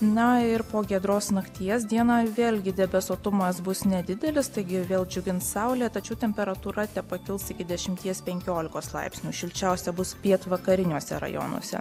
na ir po giedros nakties dieną vėlgi debesuotumas bus nedidelis taigi vėl džiugins saulė tačiau temperatūra tepakils iki dešimties penkiolikos laipsnių šilčiausia bus pietvakariniuose rajonuose